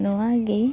ᱱᱚᱣᱟ ᱜᱤ